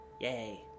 Yay